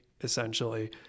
essentially